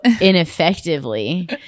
ineffectively